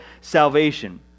salvation